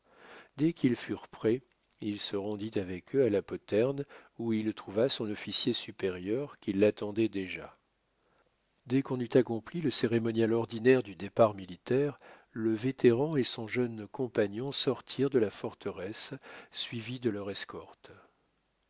dès qu'ils furent prêts il se rendit avec eux à la poterne où il trouva son officier supérieur qui l'attendait déjà dès qu'on eut accompli le cérémonial ordinaire du départ militaire le vétéran et son jeune compagnon sortirent de la forteresse suivis de leur escorte